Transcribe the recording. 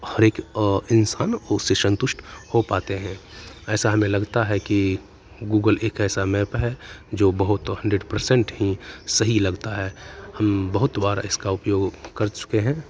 हरेक इंसान उससे सन्तुष्ट हो पाते हैं ऐसा हमें लगता है कि गूगल एक ऐसा मैप है जो बहुत हण्ड्रेड परसेंट ही सही लगता है हम बहुत बार इसका उपयोग कर चुके हैं